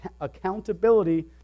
accountability